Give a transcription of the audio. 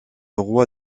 roi